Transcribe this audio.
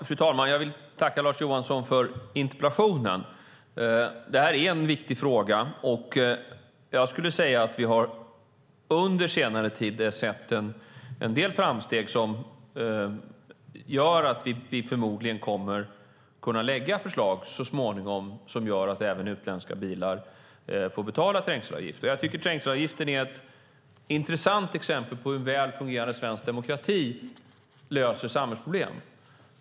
Fru talman! Jag tackar Lars Johansson för interpellationen. Det här är en viktig fråga. Under senare tid har vi sett en del framsteg som gör att vi förmodligen så småningom kommer att kunna lägga fram förslag som gör att även utländska bilar får betala trängselavgift. Trängselavgiften är ett intressant exempel på hur en väl fungerande svensk demokrati löser samhällsproblem.